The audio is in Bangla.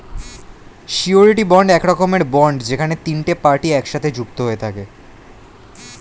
সিওরীটি বন্ড এক রকমের বন্ড যেখানে তিনটে পার্টি একসাথে যুক্ত হয়ে থাকে